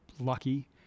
lucky